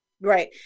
Right